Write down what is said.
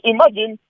Imagine